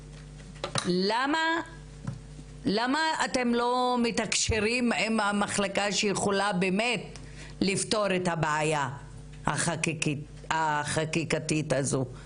למה אתם לא מתקשרים עם המחלקה שיכולה באמת לפתור את הבעיה החקיקתית הזו?